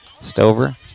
Stover